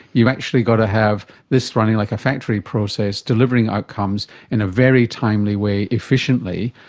you've actually got to have this running like a factory process, delivering outcomes in a very timely way efficiently,